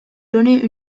donner